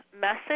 message